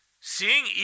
seeing